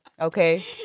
Okay